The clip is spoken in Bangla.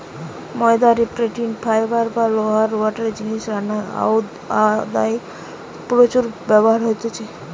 ময়দা রে প্রোটিন, ফাইবার বা লোহা রুয়ার জিনে রান্নায় অউ ময়দার প্রচুর ব্যবহার আছে